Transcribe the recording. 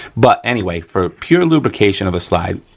but anyway, for pure lubrication of a slide,